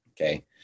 Okay